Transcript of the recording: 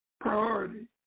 priority